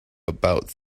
about